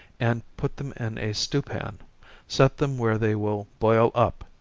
and put them in a stew pan set them where they will boil up,